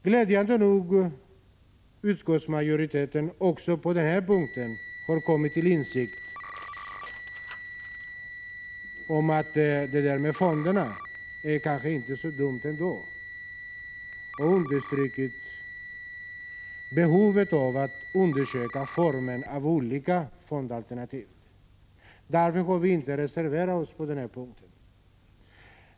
Glädjande nog har utskottsmajoriteten också på den punkten kommit till insikt om att det där med fonder kanske inte är så dumt ändå och understrukit behovet av att undersöka formen för olika fondalternativ. Därför har vi inte reserverat oss på den punkten.